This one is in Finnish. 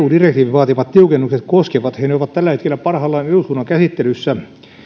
vaatimat tiukennukset koskevat ja ne ovat tällä hetkellä parhaillaan eduskunnan käsittelyssä